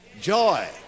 joy